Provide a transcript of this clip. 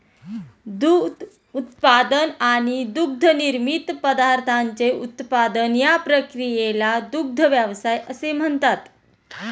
दूध उत्पादन आणि दुग्धनिर्मित पदार्थांचे उत्पादन या क्रियेला दुग्ध व्यवसाय असे म्हणतात